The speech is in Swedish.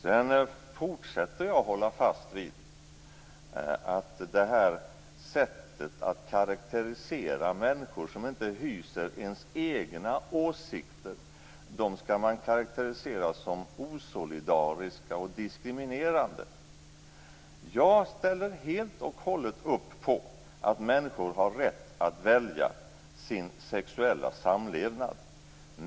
Det här är ett sätt att karakterisera människor som inte hyser samma åsikter som man själv som osolidariska och diskriminerande. Jag ställer helt och hållet upp på att människor har rätt att välja sin sexuella samlevnad.